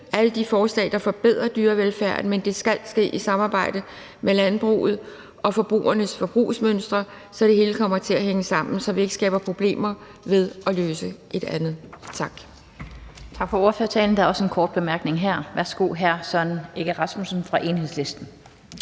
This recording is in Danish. alle de forslag, der forbedrer dyrevelfærden, men det skal ske i samarbejde med landbruget og med forbrugernes forbrugsmønstre in mente, så det hele kommer til at hænge sammen, så vi ikke skaber nye problemer ved at løse et gammelt. Tak.